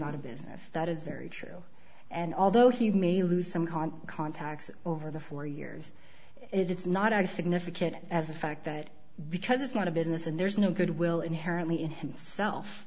not a business that is very true and although he may lose some content contacts over the four years it's not i think difficult as the fact that because it's not a business and there's no goodwill inherently in himself